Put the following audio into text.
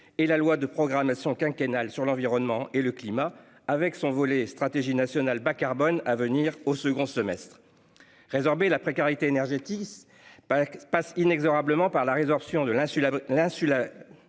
et la loi de programmation quinquennale sur l'environnement et le climat avec son volet stratégie nationale bas-carbone à venir au second semestre. Résorber la précarité énergétique. Passe inexorablement par la résorption de l'insu